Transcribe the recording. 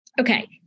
Okay